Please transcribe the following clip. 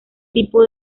tipo